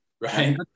Right